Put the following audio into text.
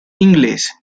inglese